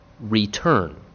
return